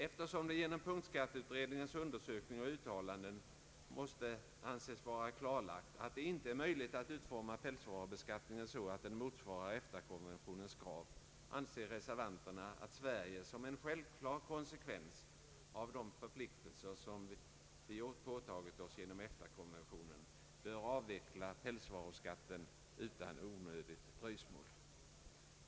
Eftersom det genom punktskatteutredningens undersökning och uttalanden måste anses vara klarlagt, att det inte är möjligt att utforma pälsvarubeskattningen så, att den motsvarar EFTA-konventionens krav, anser reservanterna, att Sverige som en självklar konsekvens av de förpliktelser vi påtagit oss genom EFTA-konventionen bör avveckla pälsvaruskatten utan onödigt dröjsmål.